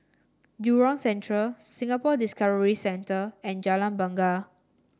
Jurong Central Singapore Discovery Centre and Jalan Bungar